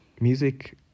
music